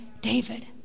David